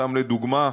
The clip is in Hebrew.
סתם לדוגמה,